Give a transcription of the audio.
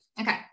Okay